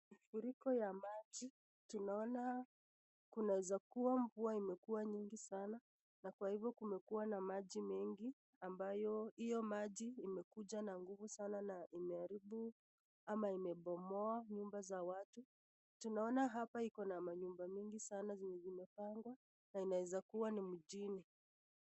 Mafuriko ya maji, tunaona kunaeza kuwa mvua imekuwa mingi sana na kwa hivyo kumekuwa na maji mengi ambayo hiyo maji imekuja na nguvu sana na imeharibu ama imebomoa nyumba za watu, tunaona hapa iko na manyumba mingi sana zenye zimepangwa na inaweza kuwa ni mjini.